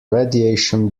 radiation